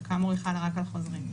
שכאמור היא חלה רק על חוזרים.